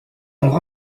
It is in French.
membre